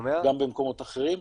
וגם במקומות אחרים.